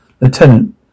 Lieutenant